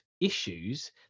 issues